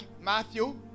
Matthew